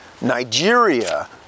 Nigeria